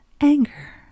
anger